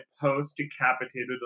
post-decapitated